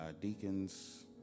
deacons